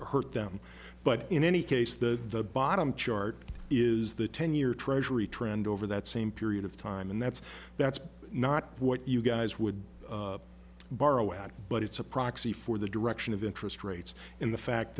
hurt them but in any case the bottom chart is the ten year treasury trend over that same period of time and that's that's not what you guys would borrow at but it's a proxy for the direction of interest rates and the fact